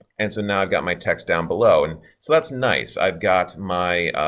and so now i've got my text down below and so that's nice. i've got my,